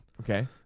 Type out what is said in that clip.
Okay